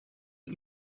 het